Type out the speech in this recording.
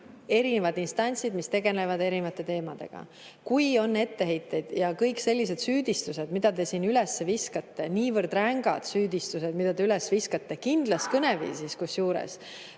erinevad instantsid, kes tegelevad erinevate teemadega. Kui on etteheiteid ja kui on sellised süüdistused, mida te siin üles viskate – need on niivõrd rängad süüdistused, mida te üles viskate, kusjuures